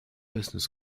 business